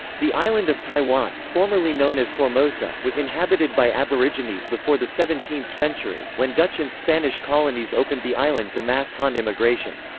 the island of taiwan, formerly known as formosa, was inhabited by aborigines before the seventeenth century, when dutch and spanish colonies opened the island to mass han immigration.